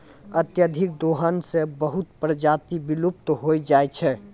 अत्यधिक दोहन सें बहुत प्रजाति विलुप्त होय जाय छै